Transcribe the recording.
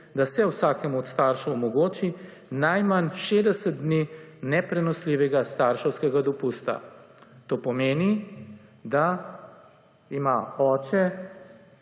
da se vsakemu od staršev omogoči, najmanj 60 dni neprenosljivega starševskega dopusta. To pomeni, da ima oče,